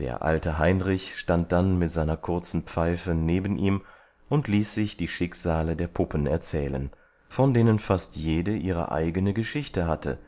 der alte heinrich stand dann mit seiner kurzen pfeife neben ihm und ließ sich die schicksale der puppen erzählen von denen fast jede ihre eigene geschichte hatte